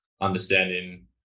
understanding